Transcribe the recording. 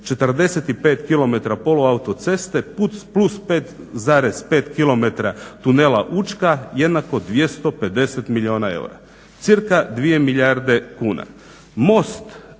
45 km polu autoceste plus 5,5 kilometara tunela Učka jednako 250 milijuna eura, cirka 2 milijarde kuna.